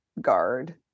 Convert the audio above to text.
guard